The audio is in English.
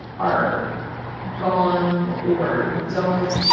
are gone or don't